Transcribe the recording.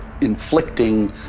inflicting